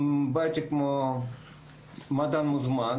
באתי כמו מדען מוזמן,